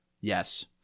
Yes